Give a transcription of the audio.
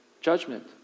judgment